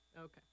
Okay